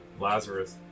Lazarus